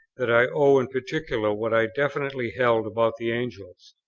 that i owe in particular what i definitely held about the angels.